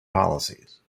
policies